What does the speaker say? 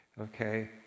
Okay